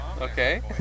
Okay